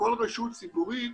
לכל רשות ציבורית,